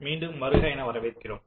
மீண்டும் வருக என வரவேற்கிறோம்